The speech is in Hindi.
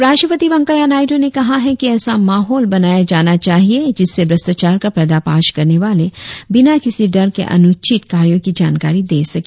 उपराष्ट्रपति वैंकेया नायडू ने कहा कि ऐसा माहौल बनाया जाना चाहिए जिससे भ्रष्टाचार का पर्दाफाश करने वाले बिना किसी डर के अनुचित कार्यों की जानकारी दे सके